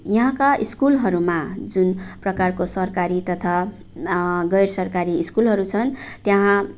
यहाँका स्कुलहरूमा जुन प्रकारको सरकारी तथा गैर सरकारी स्कुलहरू छन् त्यहाँ